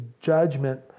judgment